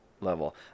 level